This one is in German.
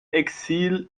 exil